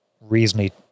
reasonably